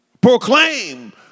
proclaim